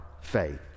faith